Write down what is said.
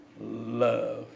love